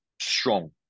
strong